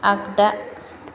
आगदा